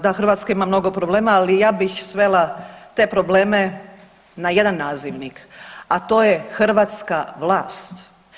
Da, Hrvatska ima mnogo problema ali ja bih svela te probleme na jedan nazivnik a to je hrvatska vlast.